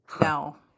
No